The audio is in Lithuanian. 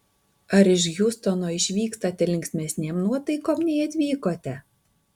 ar iš hjustono išvykstate linksmesnėm nuotaikom nei atvykote